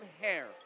hair